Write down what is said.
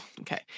okay